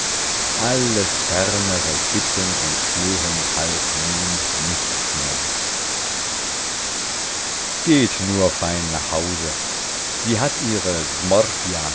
alles fernere bitten und flehen half nun nichts mehr geht nur fein nach hause sie hat ihre